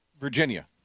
Virginia